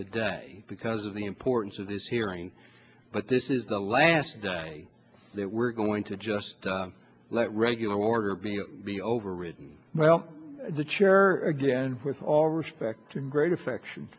today because of the importance of this hearing but this is the last day that we're going to just let regular order be be overridden well the chair again with all respect and great affection